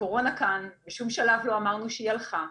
הקורונה כאן, בשום שלב לא אמרנו שהיא הלכה.